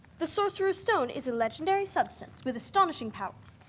the sorcerer's stone is a legendary substance with astonishing powers.